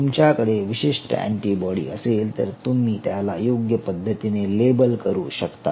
तुमच्याकडे विशिष्ट अँटीबॉडी असेल तर तुम्ही त्याला योग्य पद्धतीने लेबल करू शकता